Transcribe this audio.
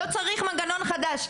כך שלא צריך מנגנון חדש.